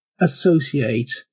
associate